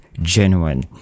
genuine